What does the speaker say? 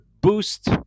boost